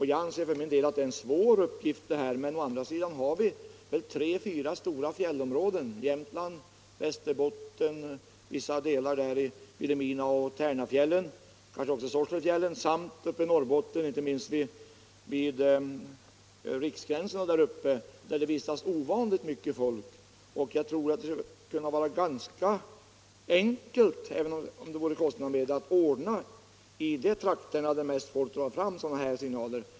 Jag anser för min del att det här är en svår uppgift men å andra sidan har vi tre, fyra stora fjällområden — i Jämtland, i Västerbotten med vissa delar av Vilhelminaoch Tärnafjällen samt Sorselefjällen och i Norrbotten vid t.ex. Riksgränsen — där det vistas ovanligt mycket folk. Jag tror att det skulle vara enkelt —- även om det är förenat med kostnader — att i de trakter där folk mest drar fram ordna ett system med ljusoch ljudsignaler.